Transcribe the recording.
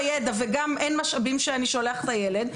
ידע וגם אין בה משאבים כשאני שולח את הילד,